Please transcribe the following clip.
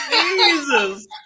Jesus